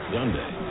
Sunday